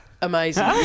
Amazing